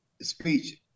speech